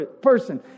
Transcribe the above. person